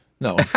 No